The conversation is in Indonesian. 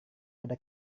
ada